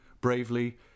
Bravely